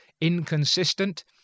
inconsistent